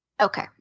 Okay